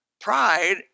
Pride